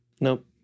Nope